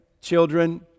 children